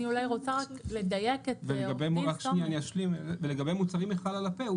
לגבי מוצרים מחלל הפה,